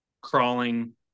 crawling